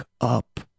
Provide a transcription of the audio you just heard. up